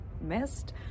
missed